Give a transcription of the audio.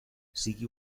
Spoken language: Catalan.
sigui